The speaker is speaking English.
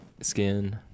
skin